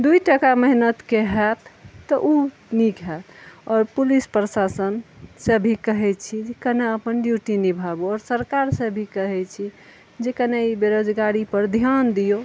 दुइ टका मेहनतके होएत तऽ ओ नीक होएत आओर पुलिस प्रशासन से भी कहै छी जे कने अपन ड्यूटी निभाबू आओर सरकार से भी कहै छी जे कने ई बेरोजगारी पर ध्यान दियौ